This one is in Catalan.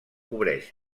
cobreix